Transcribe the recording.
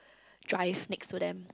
drive next to them